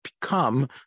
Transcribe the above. become